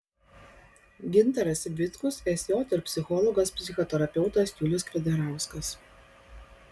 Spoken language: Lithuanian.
gintaras vitkus sj ir psichologas psichoterapeutas julius kvedarauskas